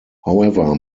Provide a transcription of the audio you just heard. however